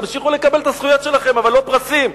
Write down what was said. תמשיכו לקבל את הזכויות שלכם, אבל לא פרסים.